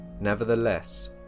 Nevertheless